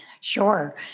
Sure